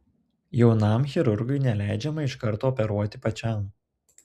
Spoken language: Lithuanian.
jaunam chirurgui neleidžiama iš karto operuoti pačiam